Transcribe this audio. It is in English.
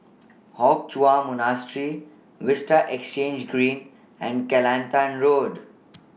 Hock Chuan Monastery Vista Exhange Green and Kelantan Road